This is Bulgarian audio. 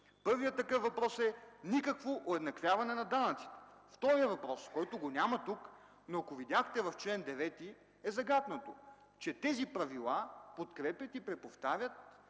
Първият такъв въпрос е никакво уеднаквяване на данъците. Вторият въпрос, който го няма тук, но ако видяхте, е загатнат в чл. 9 – че тези правила подкрепят и повтарят